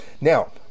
Now